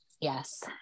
Yes